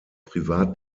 privat